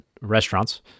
restaurants